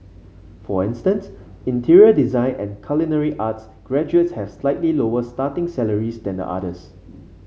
for instance interior design and culinary arts graduates have slightly lower starting salaries than the others